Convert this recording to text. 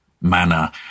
manner